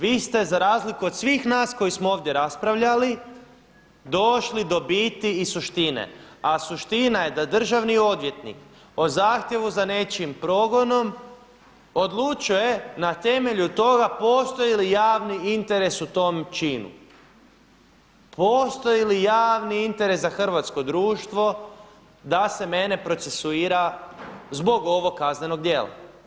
Vi ste za razliku od svih nas koji smo ovdje raspravljali došli do biti i suštine, a suština je da državni odvjetnik o zahtjevu za nečijim progonom odlučuje na temelju toga postoji li javni interes u tom činu, postoji li javni interes za hrvatsko društvo da se mene procesuira zbog ovog kaznenog djela.